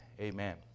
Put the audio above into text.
Amen